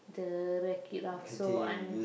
the Wreck It Ralph so I'm